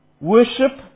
worship